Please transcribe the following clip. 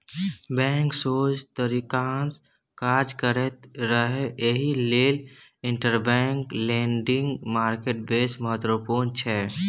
bank सोझ तरीकासँ काज करैत रहय एहि लेल इंटरबैंक लेंडिंग मार्केट बेस महत्वपूर्ण छै